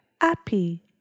happy